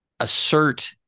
assert